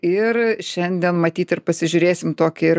ir šiandien matyt ir pasižiūrėsim tokį ir